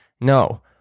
No